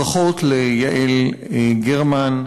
ברכות ליעל גרמן,